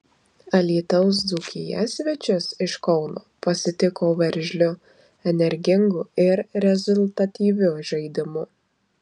alytaus dzūkija svečius iš kauno pasitiko veržliu energingu ir rezultatyviu žaidimu